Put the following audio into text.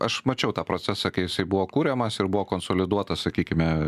aš mačiau tą procesą kai jisai buvo kuriamas ir buvo konsoliduota sakykime